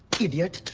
idiot.